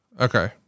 Okay